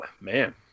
Man